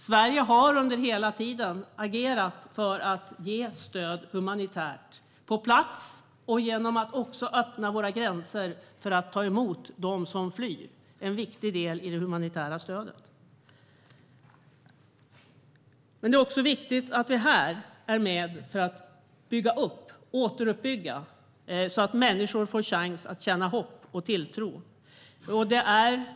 Sverige har under hela tiden agerat för att ge stöd humanitärt på plats och genom att öppna våra gränser för att ta emot dem som flyr. Det är en viktig del i det humanitära stödet. Men det är också viktigt att vi är med för att återuppbygga så att människor får chans att känna hopp och tilltro.